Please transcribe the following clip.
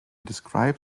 describe